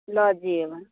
लऽ जायब